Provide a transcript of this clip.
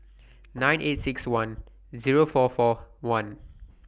nine eight six one Zero four four one